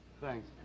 Thanks